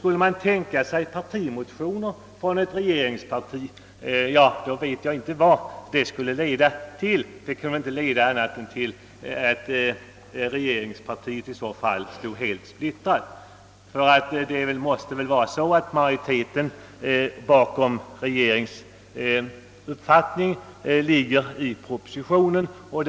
Skulle vi tänka oss partimotioner från ett regeringsparti vet jag inte vad det skulle innebära — annat än att regeringspartiet i så fall stod helt splittrat. Propositionen måste väl avspegla den uppfattning som majoriteten i regeringspartiet har.